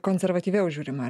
konservatyviau žiūrima